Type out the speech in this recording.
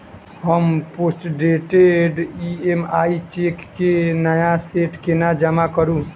हम postdated EMI cheque केँ नया सेट केना जमा करू?